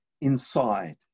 inside